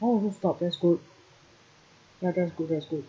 oh rooftop that's good ya that's good that's good